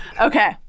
Okay